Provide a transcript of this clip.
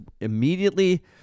immediately